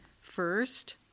First